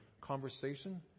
conversation